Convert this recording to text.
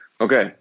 Okay